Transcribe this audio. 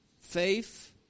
Faith